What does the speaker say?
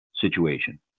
situation